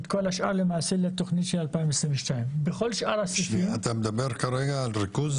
ואת כל השאר למעשה לתכנית של 2022. אתה מדבר כרגע על ריכוז,